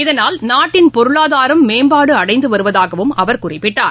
இதனால் நாட்டின் பொருளாதாரம் மேம்பாடு அடைந்து வருவதாக அவர் குறிப்பிட்டார்